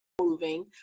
moving